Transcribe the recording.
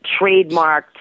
trademarked